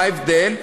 מה ההבדל?